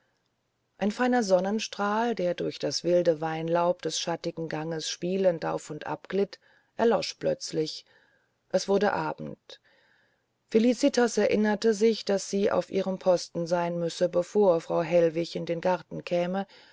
ein feiner sonnenstrahl der durch das wilde weinlaub des schattigen ganges spielend auf und ab geglitten war erlosch plötzlich es wurde abend felicitas erinnerte sich daß sie auf ihrem posten sein müsse bevor frau hellwig in den garten käme